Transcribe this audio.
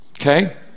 Okay